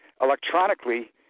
electronically